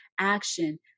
action